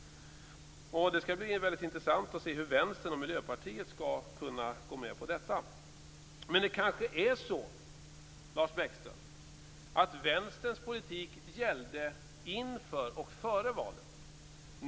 Det skall bli väldigt intressant att se hur Vänstern och Miljöpartiet skall kunna gå med på detta. Det kanske är så, Lars Bäckström, att Vänsterns politik gällde inför och före valet.